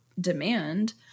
demand